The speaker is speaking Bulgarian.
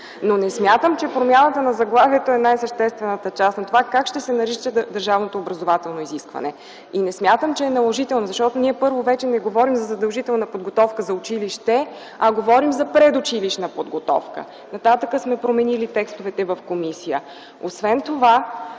но не смятам, че промяната на заглавието е най-съществената част на това как ще се нарича държавното образователно изискване и не смятам, че е наложително. Защото ние вече не говорим за задължителна подготовка за училище, а говорим за предучилищна подготовка. Нататък сме променили текстовете в комисията.